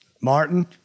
Martin